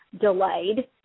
delayed